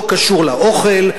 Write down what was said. לא קשור לאוכל,